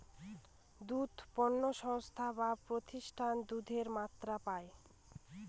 দুধ পণ্য সংস্থায় বা প্রতিষ্ঠানে দুধের মাত্রা পায়